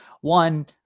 One